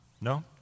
No